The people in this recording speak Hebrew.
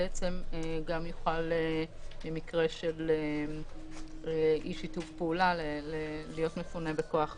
גם יוכל במקרה של אי שיתוף פעולה להיות מפונה בכוח